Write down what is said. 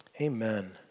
amen